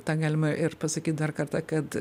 tą galima ir pasakyt dar kartą kad